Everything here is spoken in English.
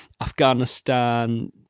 Afghanistan